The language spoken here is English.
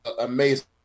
amazing